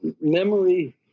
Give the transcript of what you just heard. memory